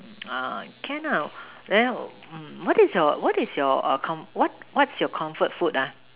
ah can lah then mm what is your what is your err com~ what's your comfort food